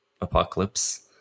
apocalypse